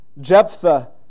Jephthah